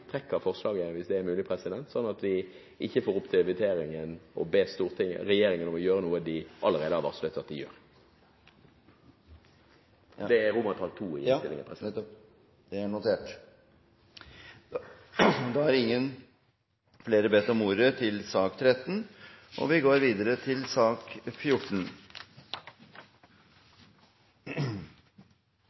trekker forslaget – hvis det er mulig, president – sånn at vi ikke får opp til votering å be regjeringen om å gjøre noe de allerede har varslet at de gjør. Det er II i innstillingen. Det er notert. Flere har ikke bedt om ordet til sak nr. 13. Etter ønske fra næringskomiteen vil presidenten foreslå at taletiden begrenses til 5 minutter til hver partigruppe og